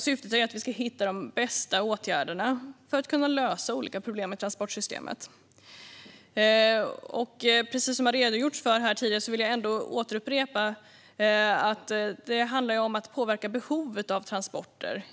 Syftet är att vi ska hitta de bästa åtgärderna för att kunna lösa olika problem i transportsystemet. Jag vill upprepa det som har redogjorts för här tidigare, att det i första hand handlar om att påverka behovet av transporter.